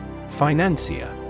Financia